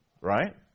right